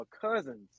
cousins